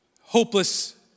hopeless